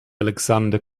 alexander